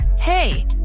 Hey